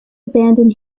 abandon